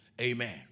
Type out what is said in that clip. Amen